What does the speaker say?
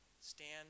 stand